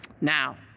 Now